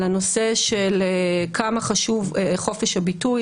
על הנושא של כמה חשוב חופש הביטוי,